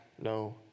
no